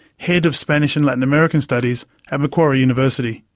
head of spanish and latin american studies at macquarie university.